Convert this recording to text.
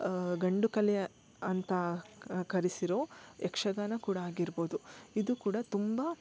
ಗಂಡುಕಲೆಯ ಅಂತ ಕರೆಸಿರೋ ಯಕ್ಷಗಾನ ಕೂಡ ಆಗಿರ್ಬೋದು ಇದು ಕೂಡ ತುಂಬಾ